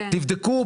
תבדקו,